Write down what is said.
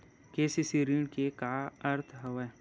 KCC ऋण के का अर्थ हवय?